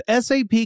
SAP